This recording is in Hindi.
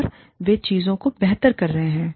और वे चीजों को बेहतर कर रहे हैं